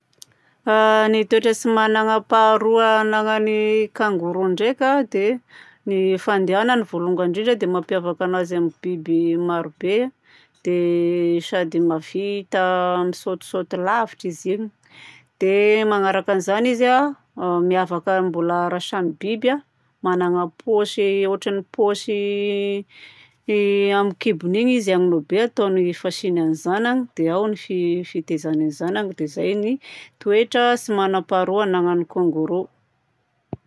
A ny toetra tsy mananam-paharoa ananan'ny kangoroa ndraika dia ny fandehanany vôlongany indrindra dia mampiavaka azy amin'ny biby marobe dia sady mahavita misôtisôty lavitra izy io. Dia manaraka an'izany izy a miavaka raha mbola samy biby manana paosy ohatran'ny paosy i amin'ny kibony iny izy ahogna be ataony fasiany ny zanany dia ao ny fi- fitaizany ny zanany. Dia izay ny toetra tsy manam-paharoa anagnan'ny kangoroa.